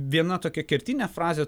viena tokia kertinė frazė